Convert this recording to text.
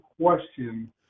question